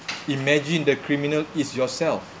imagine the criminal is yourself